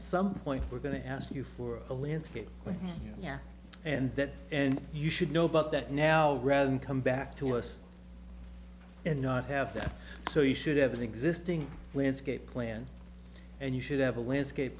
some point we're going to ask you for a landscape well yeah and that and you should know about that now rather than come back to us and not have that so you should have an existing landscape plan and you should have a landscape